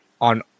on